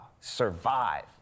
survive